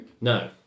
No